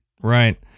right